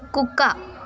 కుక్క